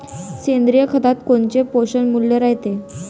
सेंद्रिय खतात कोनचे पोषनमूल्य रायते?